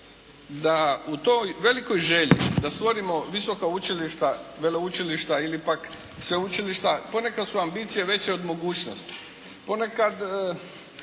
da u toj velikoj želji da stvorimo visoka učilišta, veleučilišta ili pak sveučilišta ponekad su ambicije veće od mogućnosti. Ponekad